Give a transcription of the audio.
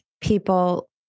people